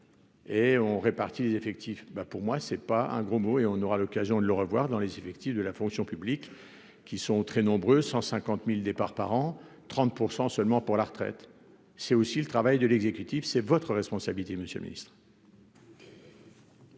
et on répartit les effectifs ben pour moi c'est pas un gros mot et on aura l'occasion de le revoir dans les effectifs de la fonction publique, qui sont très nombreux : 150000 départs par an 30 % seulement pour la retraite, c'est aussi le travail de l'exécutif, c'est votre responsabilité, monsieur le Ministre.